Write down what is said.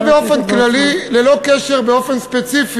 זה באופן כללי, ללא קשר ספציפי